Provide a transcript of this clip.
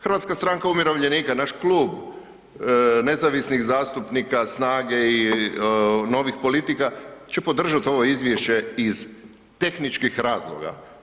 Hrvatska stranka umirovljenika, naš klub nezavisnih zastupnika, SNAGE i Novih politika će podržati ovo izvješće iz tehničkih razloga.